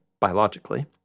biologically